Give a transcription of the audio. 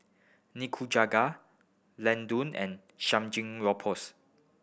Nikujaga Ladoo and Samgeyopsal